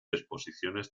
exposiciones